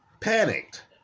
panicked